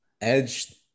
Edge